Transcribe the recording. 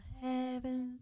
heavens